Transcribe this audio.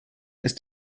ist